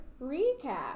recap